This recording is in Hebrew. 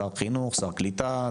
שר קליטה,